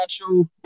natural